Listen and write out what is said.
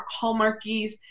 Hallmarkies